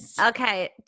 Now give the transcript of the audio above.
Okay